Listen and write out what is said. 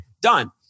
Done